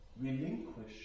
relinquish